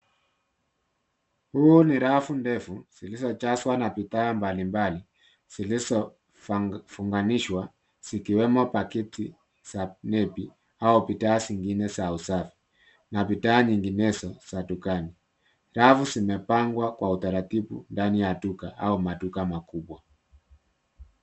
Huu ni rafu ndefu zilizojazwa na bidhaa mbalimbali zilizofunganishwa, zikiwemo pakiti za nepi au bidhaa zingine za usafi na bidhaa nyinginezo za dukani. Rafu zimepangwa kwa utaratibu ndani ya duka au maduka makubwa.